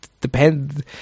Depends